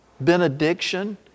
benediction